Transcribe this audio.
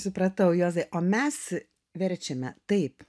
supratau juozai o mes verčiame taip